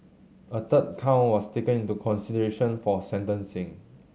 a third count was taken into consideration for sentencing